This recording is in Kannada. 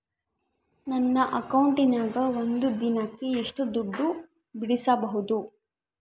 ನನ್ನ ಅಕೌಂಟಿನ್ಯಾಗ ಒಂದು ದಿನಕ್ಕ ಎಷ್ಟು ದುಡ್ಡು ಬಿಡಿಸಬಹುದು?